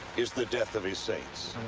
is the death of his saints.